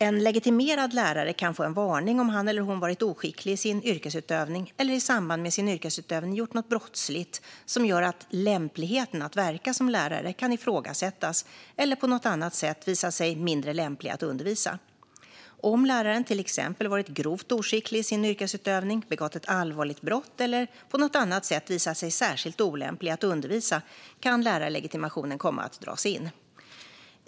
En legitimerad lärare kan få en varning om han eller hon varit oskicklig i sin yrkesutövning eller i samband med sin yrkesutövning gjort något brottsligt som gör att lämpligheten att verka som lärare kan ifrågasättas eller på något annat sätt visat sig mindre lämplig att undervisa. Om läraren till exempel varit grovt oskicklig i sin yrkesutövning, begått ett allvarligt brott eller på något annat sätt visat sig särskilt olämplig att undervisa kan lärarlegitimationen komma att dras in.